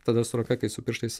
tada su ranka kai su pirštais